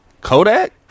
Kodak